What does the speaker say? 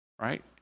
right